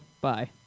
Bye